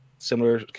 Similar